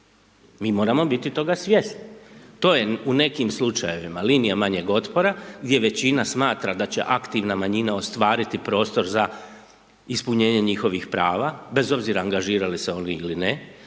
Mi moramo biti toga svjesni. To je u nekim slučajevima linija manjeg otpora, gdje većina smatra da će aktivna manjina ostvariti prostor za ispunjenje njihovih prava, bez obzira angažirali se oni ili ne,